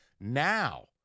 Now